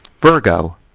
Virgo